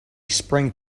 sprang